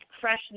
fresh